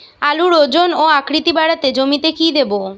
আলুর ওজন ও আকৃতি বাড়াতে জমিতে কি দেবো?